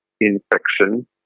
infection